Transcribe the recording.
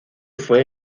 fue